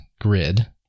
grid